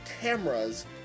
Cameras